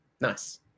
Nice